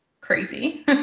crazy